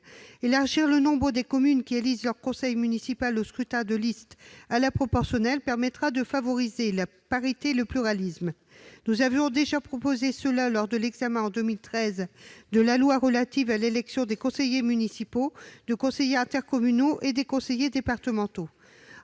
Accroître le nombre des communes qui élisent leur conseil municipal au scrutin de liste à la proportionnelle permettra de favoriser la parité et le pluralisme. Nous l'avions déjà proposé en 2013, lors de l'examen de la loi relative à l'élection des conseillers municipaux, des conseillers intercommunaux et des conseillers départementaux.